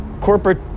corporate